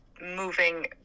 moving